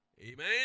Amen